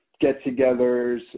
get-togethers